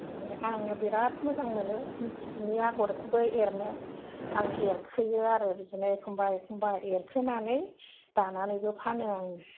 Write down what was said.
आङो बेराद मोजां मोनो सिनि आगरखौबो एरनो आं एरखोयो आरो बिदिनो एखमबा एखमबा एरखोनानै दानानैबो फानो आङो